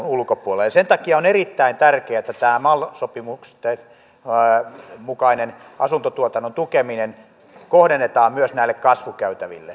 sen takia on erittäin tärkeää että tämä mal sopimusten mukainen asuntotuotannon tukeminen kohdennetaan myös näille kasvukäytäville